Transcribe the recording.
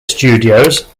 studios